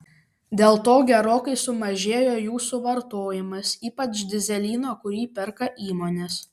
dėl to gerokai sumažėjo jų suvartojimas ypač dyzelino kurį perka įmonės